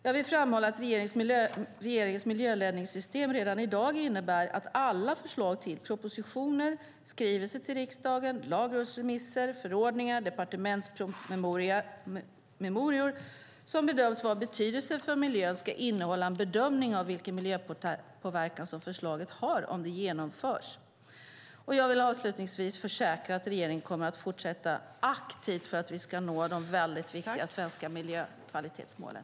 Jag vill framhålla att regeringens miljöledningssystem redan i dag innebär att alla förslag till propositioner, skrivelser till riksdagen, lagrådsremisser, förordningar och departementspromemorior som bedöms vara av betydelse för miljön ska innehålla en bedömning av vilken miljöpåverkan som förslaget får om det genomförs. Jag vill avslutningsvis försäkra att regeringen kommer att fortsätta att arbeta aktivt för att vi ska nå de viktiga svenska miljökvalitetsmålen.